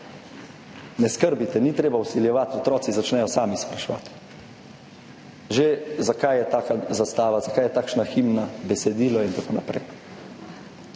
Ne skrbite, ni treba vsiljevati, otroci začnejo sami spraševati, že zakaj je taka zastava, zakaj je takšna himna, besedilo in tako naprej.